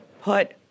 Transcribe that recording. put